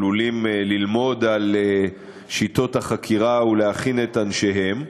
עלולים ללמוד על שיטות החקירה ולהכין את אנשיהם,